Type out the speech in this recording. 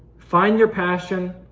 find your passion,